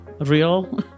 real